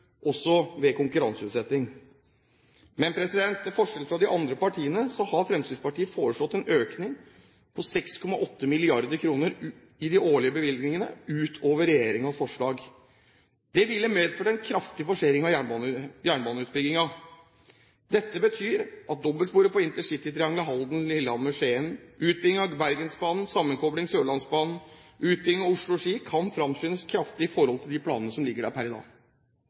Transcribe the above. også ved konkurranseutsetting. Men til forskjell fra de andre partiene har Fremskrittspartiet foreslått en økning, på 6,8 mrd. kr i de årlige bevilgningene utover regjeringens forslag. Det ville medført en kraftig forsering av jernbaneutbyggingen. Dette betyr at dobbeltsporet på intercitytriangelet Halden–Lillehammer–Skien, utbygging av Bergensbanen, sammenkobling av Sørlandsbanen og utbygging av Oslo–Ski kunne fremskyndes kraftig i forhold til de planene som ligger der per i dag.